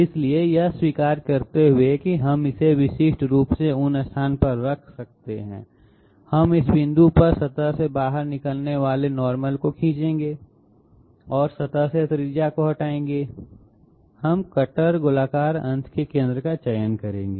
इसलिए यह स्वीकार करते हुए कि हम इसे विशिष्ट रूप से उस स्थान पर रख सकते हैं हम इस बिंदु पर सतह से बाहर निकलने वाले नॉर्मल को खींचेंगे और सतह से त्रिज्या को हटाएंगे हम कटर गोलाकार अंत के केंद्र का चयन करेंगे